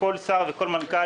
כל שר וכל מנכ"ל,